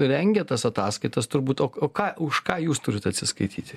rengia tas ataskaitas turbūt o o ką už ką jūs turit atsiskaityti